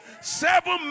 Seven